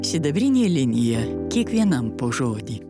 sidabrinė linija kiekvienam po žodį